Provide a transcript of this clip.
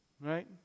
Right